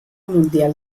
mundial